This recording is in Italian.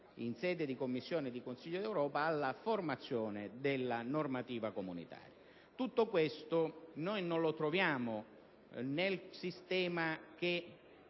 in sede di Commissione e di Consiglio, alla formazione della normativa comunitaria. Tutto questo non lo troviamo nel sistema che